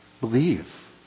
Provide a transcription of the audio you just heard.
believe